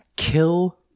Kill